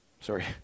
sorry